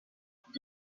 دونات